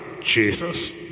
Jesus